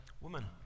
woman